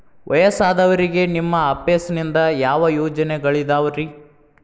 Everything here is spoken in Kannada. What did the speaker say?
ವಯಸ್ಸಾದವರಿಗೆ ನಿಮ್ಮ ಆಫೇಸ್ ನಿಂದ ಯಾವ ಯೋಜನೆಗಳಿದಾವ್ರಿ?